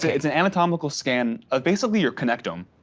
ah it's an anatomical scan of basically, your connectum.